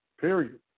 Period